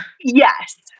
Yes